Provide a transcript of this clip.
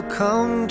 come